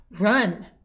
run